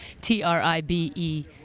T-R-I-B-E